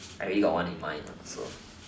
I already got one in mind lah so